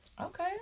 Okay